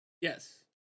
Yes